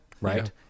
right